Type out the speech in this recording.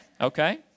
Okay